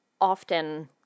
often